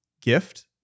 gift